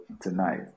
tonight